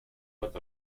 with